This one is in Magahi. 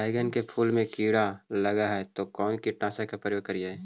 बैगन के फुल मे कीड़ा लगल है तो कौन कीटनाशक के प्रयोग करि?